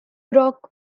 rock